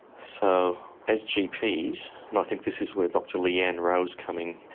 so as gps and i think this is where dr leanne rowe is coming